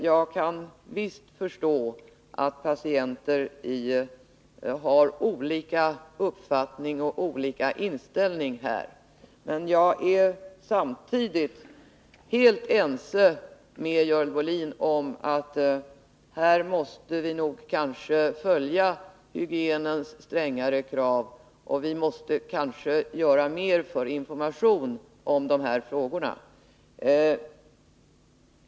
Jag kan visst förstå att patienter har olika uppfattning och inställning. Men jag är samtidigt helt ense med Görel Bohlin om att vi nog måste följa hygienens strängare krav och kanske göra mer för informationen i de här frågorna.